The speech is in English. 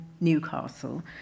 Newcastle